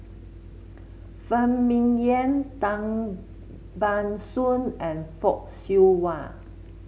Phan Ming Yen Tan Ban Soon and Fock Siew Wah